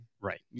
Right